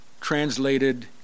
translated